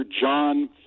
John